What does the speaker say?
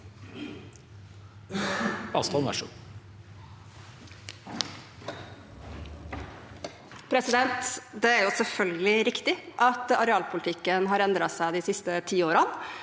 Det er selvfølgelig riktig at arealpolitikken har endret seg de siste ti årene.